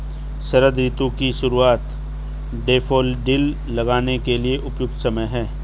शरद ऋतु की शुरुआत डैफोडिल लगाने के लिए उपयुक्त समय है